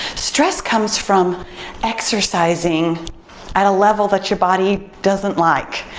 stress comes from exercising at a level that your body doesn't like.